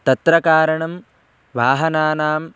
तत्र कारणं वाहनानां